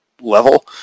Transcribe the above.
level